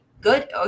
good